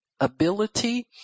ability